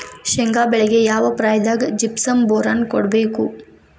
ಶೇಂಗಾ ಬೆಳೆಗೆ ಯಾವ ಪ್ರಾಯದಾಗ ಜಿಪ್ಸಂ ಬೋರಾನ್ ಕೊಡಬೇಕು?